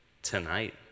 tonight